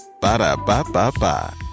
Ba-da-ba-ba-ba